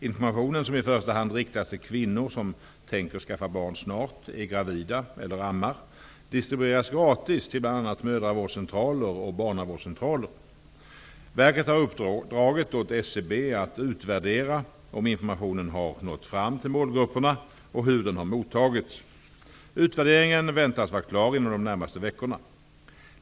Informationen, som i första hand riktas till kvinnor som tänker skaffa barn snart, är gravida eller ammar, distribueras gratis till bl.a. Verket har uppdragit åt SCB att utvärdera om informationen har nått fram till målgrupperna och hur den har mottagits. Utvärderingen väntas vara klar inom de närmaste veckorna.